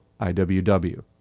IWW